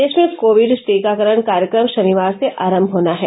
देश में कोविड टीकाकरण कार्यक्रम शनिवार से आरम्भ होना है